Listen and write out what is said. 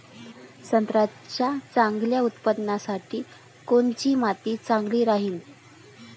संत्र्याच्या चांगल्या उत्पन्नासाठी कोनची माती चांगली राहिनं?